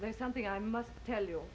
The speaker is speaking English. there's something i must tell you